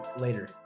later